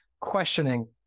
questioning